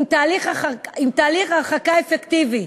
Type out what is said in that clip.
עם תהליך הרחקה אפקטיבי,